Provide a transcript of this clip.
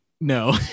no